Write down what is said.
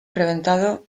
reventado